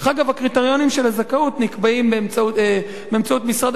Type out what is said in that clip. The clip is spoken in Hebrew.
הקריטריונים של הזכאות נקבעים באמצעות משרד השיכון,